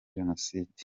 jenoside